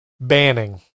banning